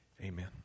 Amen